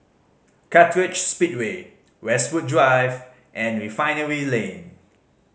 Kartright Speedway Westwood Drive and Refinery Lane